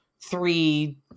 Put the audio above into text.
three